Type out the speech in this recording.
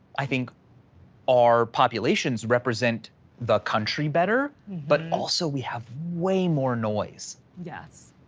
i think our populations represent the country better. but also, we have way more noise. yes.